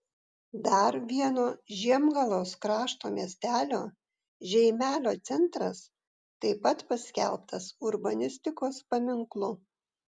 dar vieno žiemgalos krašto miestelio žeimelio centras taip pat paskelbtas urbanistikos paminklu